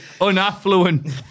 unaffluent